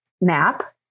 nap